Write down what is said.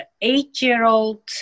eight-year-old